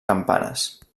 campanes